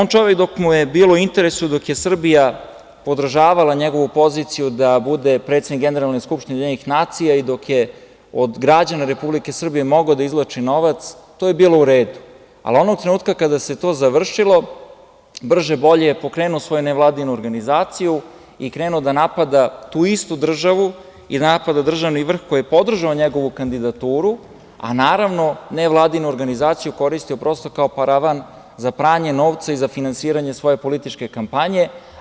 Dok mu je bilo u interesu, dok je Srbija podržavala njegovu poziciju da bude predsednik Generalne skupštine UN i dok je od građana Republike Srbije mogao da izvlači novac, to je bilo u redu, ali onog trenutka kada se to završilo brže-bolje je pokrenuo svoju nevladinu organizaciju i krenuo da napada tu istu državu i da napada državni vrh koji je podržao njegovu kandidaturu, a nevladinu organizaciju koristio kao paravan za pranje novca i za finansiranje svoje političke kampanje.